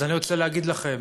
ואני רוצה להגיד לכם,